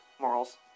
morals